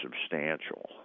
substantial